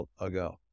ago